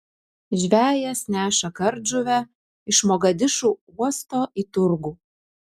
žvejas neša kardžuvę iš mogadišu uosto į turgų